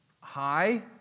Hi